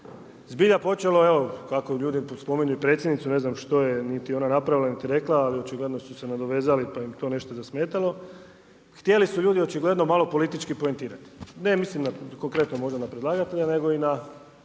zbilja počelo evo kako ljudi spominju i predsjednicu, ne znam što je niti ona napravila niti rekla ali očigledno su se nadovezali pa im je to nešto zasmetalo, htjeli su ljudi očigledno malo politički poentirati. Ne mislim konkretno možda na predlagatelja nego i na